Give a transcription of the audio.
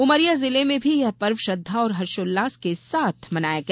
उमरिया जिले में भी यह पर्व श्रद्वा और हर्षोल्लास के साथ मनाया गया